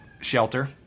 shelter